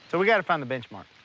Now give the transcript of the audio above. so we gotta find the benchmark.